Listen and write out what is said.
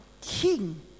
king